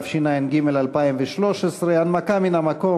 התשע"ג 2013. הנמקה מן המקום.